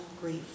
grief